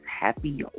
happy